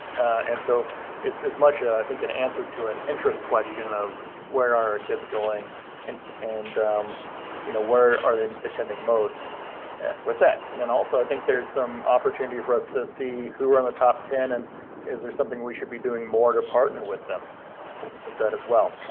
and so it's as much. i think an answer to an interest question of where our kids going and and you know where are they attending most with that. and then also i think there's some opportunity for us to see who are on the top ten and is there something we should be doing more to partner with them with that as well?